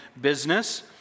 business